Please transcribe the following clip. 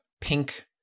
pink